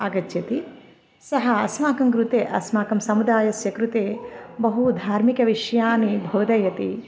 आगच्छति सः अस्माकं कृते अस्माकं समुदायस्य कृते बहु धार्मिकविषयाः बोधयति